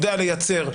נכון.